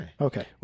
Okay